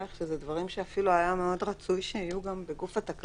זה דברים שאפילו היה מאוד רצוי שיהיו בגוף התקנות,